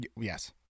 yes